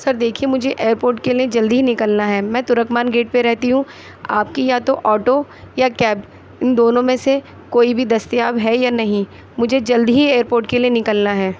سر دیکھئے مجھے ایرپوٹ کے لیے جلد ہی نکلنا ہے میں تُرکمان گیٹ پہ رہتی ہوں آپ کی یا تو آٹو یا کیب اِن دونوں میں سے کوئی بھی دستیاب ہے یا نہیں مجھے جلد ہی ایرپوٹ کے لیے نکلنا ہے